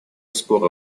споры